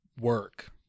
work